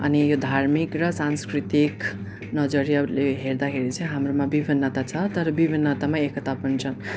अनि यो धार्मिक र सांस्कृतिक नजरहरूले हेर्दाखेरि चाहिँ हाम्रोमा विभिन्नता छ तर विभिन्नतामा एकता पनि छ